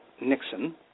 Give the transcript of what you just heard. Nixon